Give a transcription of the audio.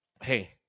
Hey